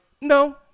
no